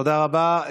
תודה רבה.